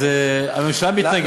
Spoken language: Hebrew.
אז הממשלה מתנגדת.